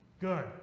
Good